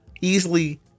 easily